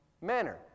manner